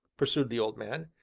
pursued the old man.